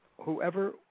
whoever